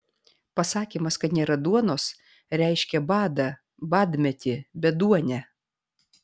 pasakymas kad nėra duonos reiškė badą badmetį beduonę